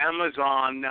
Amazon